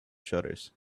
shutters